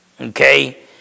Okay